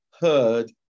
heard